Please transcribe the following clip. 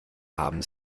haben